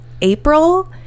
April